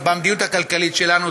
במדיניות הכלכלית שלנו.